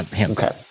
Okay